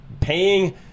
paying